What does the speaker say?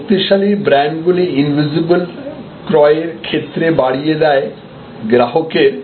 শক্তিশালী ব্র্যান্ডগুলি ইনভিজিবল ক্রয়ের ক্ষেত্রে বাড়িয়ে দেয় গ্রাহকের